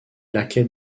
laquais